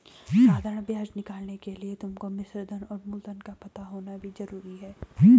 साधारण ब्याज निकालने के लिए तुमको मिश्रधन और मूलधन का पता होना भी जरूरी है